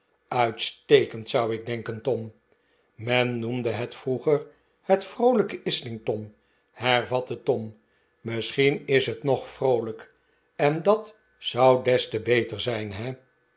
uitstekend zou ik denken tom men noemde het vroeger het vroolijke islington hervatte tom misschien is het nog vroolijk en dat zou des te beter zijn he